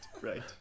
right